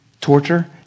torture